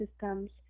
systems